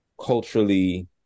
culturally